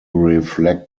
reflect